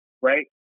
right